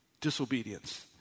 disobedience